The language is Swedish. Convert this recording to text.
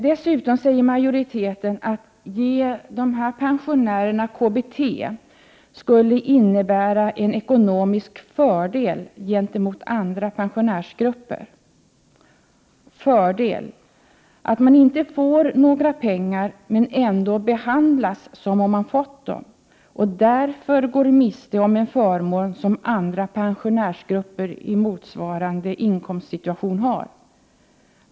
Dessutom säger majoriteten att det skulle innebära en ekonomisk fördel gentemot andra pensionärsgrupper att ge dessa pensionärer KBT. Vad är det för fördel att inte få pengar men ändå behandlas som om man fått dem och därför gå miste om en förmån som andra pensionärsgrupper i motsvarande inkomstsituation har?